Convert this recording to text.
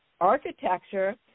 architecture